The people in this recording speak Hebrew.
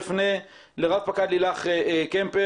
אני אפנה לרב-פקד לילך קמפר,